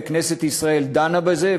וכנסת ישראל דנה בזה,